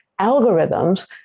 algorithms